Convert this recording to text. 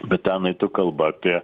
bet ten eitų kalba apie